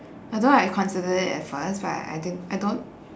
although like I considered it at first but like I I didn't I don't